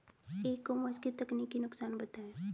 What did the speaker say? ई commerce के तकनीकी नुकसान बताएं?